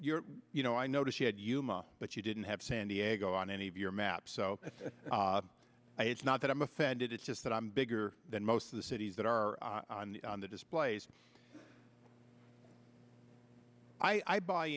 you're you know i noticed you had yuma but you didn't have san diego on any of your maps so it's not that i'm offended it's just that i'm bigger than most of the cities that are on the displays i buy